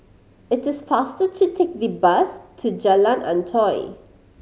it is faster to take the bus to Jalan Antoi